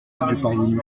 parvenu